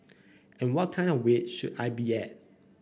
and what kind of weight should I be at